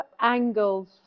angles